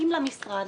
למשרד,